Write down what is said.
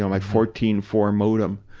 yeah my fourteen. four modem,